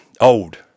old